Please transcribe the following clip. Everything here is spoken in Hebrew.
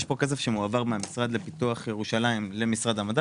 יש פה כסף שמועבר מהמשרד לפיתוח ירושלים למשרד המדע